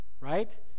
right